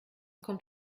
kommt